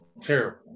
terrible